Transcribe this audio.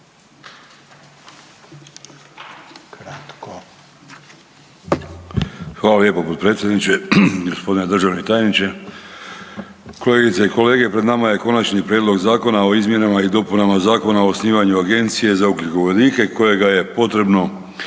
Hvala lijepo potpredsjedniče. G. državni tajniče, kolegice i kolege. Pred nama je Konačni prijedlog zakona o izmjenama i dopunama Zakona o osnivanju Agencije za ugljikovodike kojega je potrebno